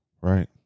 Right